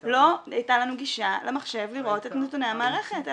הייתה --- לא הייתה לנו גישה למחשב לראות את נתוני המערכת,